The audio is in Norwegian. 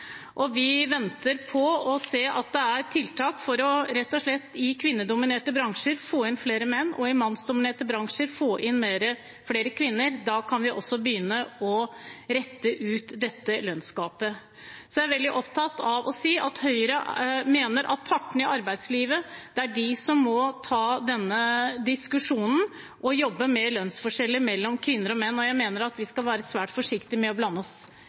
Vi venter på tiltak for å få flere menn inn i kvinnedominerte bransjer og flere kvinner inn i mannsdominerte bransjer. Da kan vi også begynne å rette opp lønnsgapet. Så er jeg veldig opptatt av å si at Høyre mener det er partene i arbeidslivet som må ta denne diskusjonen og jobbe med lønnsforskjeller mellom kvinner og menn, og jeg mener vi skal være svært forsiktige med å blande oss